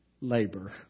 Labor